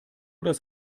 das